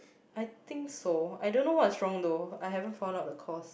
I think so I don't know what's wrong though I haven't found out the cause